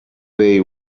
they